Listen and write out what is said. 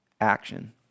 action